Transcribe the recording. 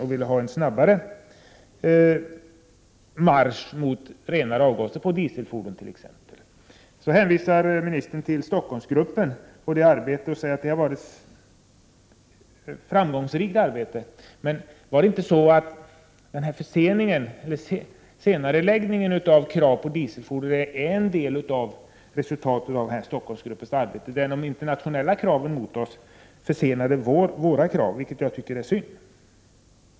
Vi ville då ha en snabbare marsch mot renare avgaser från t.ex. dieselfordon. Ministern hänvisar vidare till Stockholmsgruppen och säger att den har bedrivit ett framgångsrikt arbete. Det var väl emellertid så att senareläggningen av krav på dieselfordonen var en del av resultatet av Stockholmsgruppens arbete, där de internationella kraven på oss försenade våra krav, vilket jag tycker är synd.